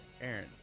Aaron